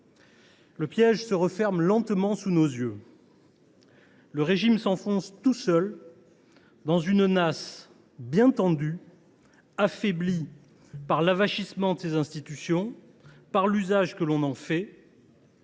Le piège se referme lentement sous nos yeux. Le régime s’enfonce tout seul dans une nasse bien tendue, affaibli par l’avachissement de ses institutions et par l’usage qui en est fait.